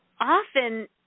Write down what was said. often